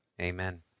Amen